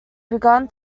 began